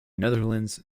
netherlands